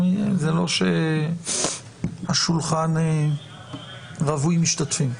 זה לא שהשולחן רווי משתתפים,